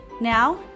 Now